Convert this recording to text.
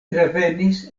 revenis